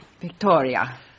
Victoria